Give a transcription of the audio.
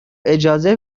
اجازه